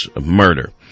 murder